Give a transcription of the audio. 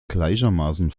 gleichermaßen